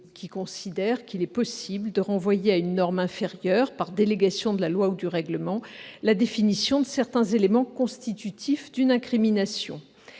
qui a jugé possible de renvoyer à une norme inférieure, par délégation de la loi ou du règlement, la définition de certains éléments constitutifs d'une incrimination.